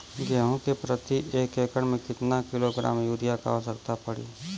गेहूँ के प्रति एक एकड़ में कितना किलोग्राम युरिया क आवश्यकता पड़ी?